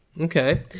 Okay